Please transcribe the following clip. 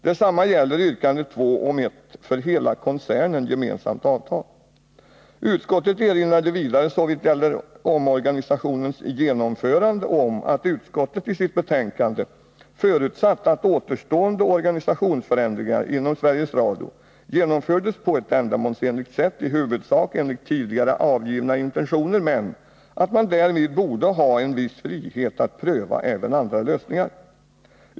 Detsamma gäller yrkande 2 om ett för hela koncernen gemensarht avtal.” Utskottet erinrade vidare såvitt gäller omorganisationens genomförande om att utskottet i sitt betänkande 1978/79:20 förutsatt att återstående organisationsförändringar inom Sveriges Radio genomfördes på ett ändamålsenligt sätt i huvudsak enligt tidigare angivna intentioner men att man därvid borde ha en viss frihet att pröva även andra lösningar.